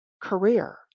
career